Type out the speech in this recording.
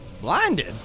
Blinded